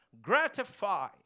gratify